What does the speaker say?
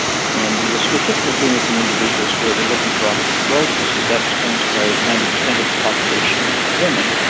and we are specifically doing this in individuals where we are looking for osteoporosis, so that explains why ninety percent of the population is women.